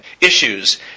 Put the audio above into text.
Issues